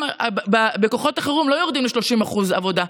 בכוחות החירום לא יורדים ל-30% עבודה.